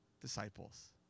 disciples